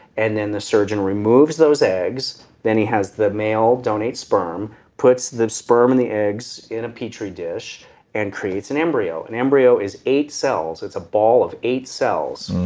and then the surgeon removes those eggs. then he has the male donate sperm, puts the sperm and the eggs in a petri dish and creates and embryo. an embryo is eight cells. it's a ball of eight cells.